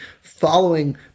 following